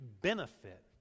benefit